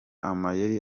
amayeri